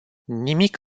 nimic